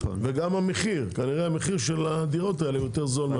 וגם המחיר, כנראה המחיר של הדירות האלה יותר זול.